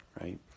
right